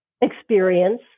experience